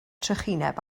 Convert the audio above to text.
trychineb